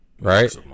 Right